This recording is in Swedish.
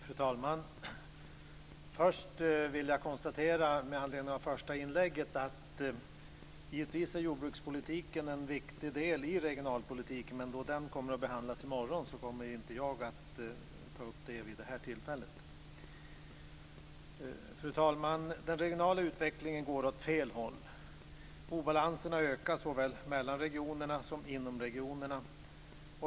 Fru talman! Först vill jag med anledning av det första inlägget konstatera att jordbrukspolitiken givetvis är en viktig del i regionalpolitiken. Men då den kommer att behandlas i morgon kommer jag inte att ta upp den vid det här tillfället. Fru talman! Den regionala utvecklingen går åt fel håll. Obalanserna ökar såväl mellan regionerna som inom regionerna.